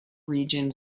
region